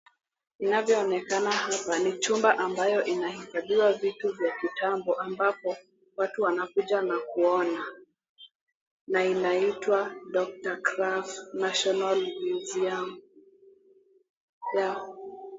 Inayoonekana hapa ni chumba ambayo inahifadhiwa vitu vya kitambo ambapo watu wanakuja na kuona na inaitwa Dr. Krapf National Museum.